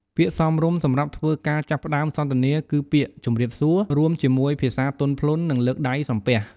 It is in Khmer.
ពាក្យសមរម្យសម្រាប់ធ្វើការចាប់ផ្តើមសន្ទនា គឺពាក្យ "ជម្រាបសួរ" រួមជាមួយភាសាទន់ភ្លន់ និងលើកដៃសំពះ។